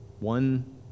one